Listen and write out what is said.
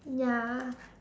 ya